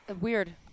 Weird